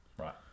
Right